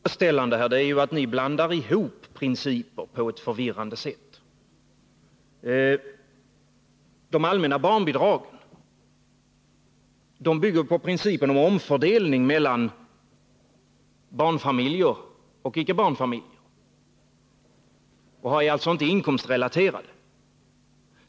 Herr talman! Det otillfredsställande, Karin Israelsson, är att ni blandar ihop principer på ett förvirrande sätt. De allmänna barnbidragen bygger på principen om omfördelning mellan barnfamiljer och icke barnfamiljer. De är alltså inte inkomstrelaterade.